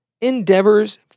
endeavors